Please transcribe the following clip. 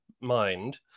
mind